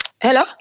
Hello